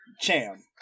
Cham